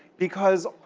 because